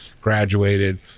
graduated